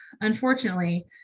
unfortunately